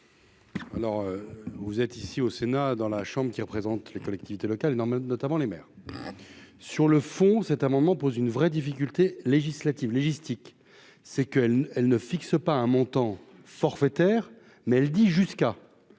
Alors vous êtes ici au Sénat dans la chambre, qui représente les collectivités locales n'emmène notamment les maires sur le fond, cet amendement pose une vraie difficulté législative logistique c'est que elle, elle ne fixe pas un montant forfaitaire mais elle dit jusqu'à